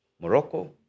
Morocco